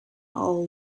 all